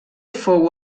fou